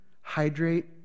Hydrate